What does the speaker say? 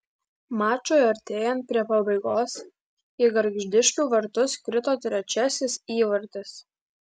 mačui artėjant prie pabaigos į gargždiškių vartus krito trečiasis įvartis